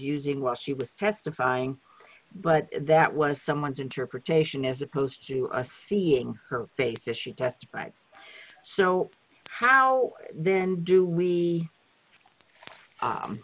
using while she was testifying but that was someone's interpretation as opposed to a seeing her face as she testified so how then do we